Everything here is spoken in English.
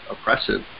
oppressive